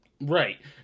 right